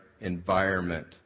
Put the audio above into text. environment